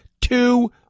Two